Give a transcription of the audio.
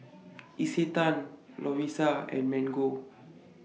Isetan Lovisa and Mango